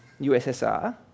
USSR